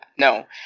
No